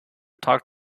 talk